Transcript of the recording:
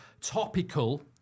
Topical